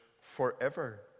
forever